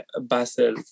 Basel